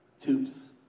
tubes